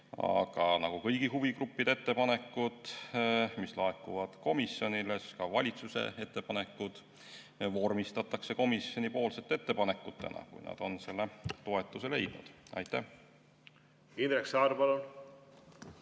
Aga nagu kõigi huvigruppide ettepanekud, mis laekuvad komisjonile, nii ka valitsuse ettepanekud vormistatakse komisjoni ettepanekutena, kui nad on toetuse leidnud. Aitäh! Niipalju